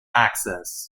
access